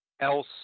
else